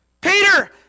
Peter